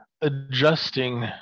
adjusting